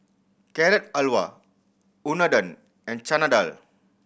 Carrot Halwa Unadon and Chana Dal